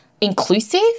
inclusive